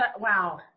Wow